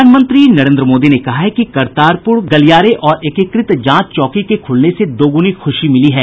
प्रधानमंत्री नरेन्द्र मोदी ने कहा है कि करतारपुर गलियारे और एकीकृत जांच चौकी के खुलने से दोगुनी खुशी मिली है